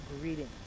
greetings